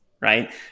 right